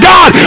God